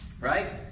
Right